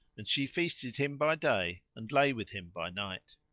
and she feasted him by day and lay with him by night.